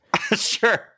Sure